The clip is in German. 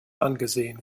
angesehen